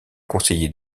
conseiller